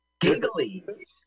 Giggly